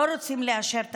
לא רוצים לאשר תקציב,